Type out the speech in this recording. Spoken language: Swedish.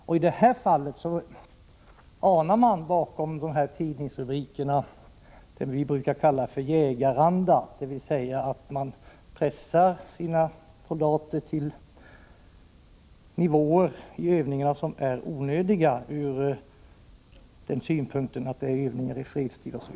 Och bakom tidningsrubrikerna i detta fall kan vi ana det vi brukar kalla jägaranda — dvs. att man pressar sina soldater till nivåer i övningarna som är onödiga, eftersom det gäller övningar i fredstid.